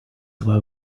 were